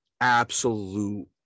absolute